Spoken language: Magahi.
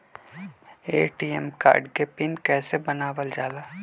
ए.टी.एम कार्ड के पिन कैसे बनावल जाला?